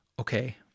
Okay